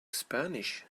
spanish